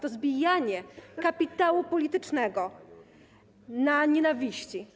To zbijanie kapitału politycznego na nienawiści.